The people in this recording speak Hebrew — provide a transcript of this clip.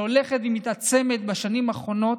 שהולכת ומתעצמת בשנים האחרונות,